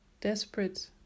desperate